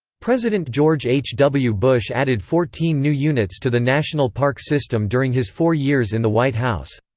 president george h. w. bush added fourteen new units to the national park system during his four years in the white house.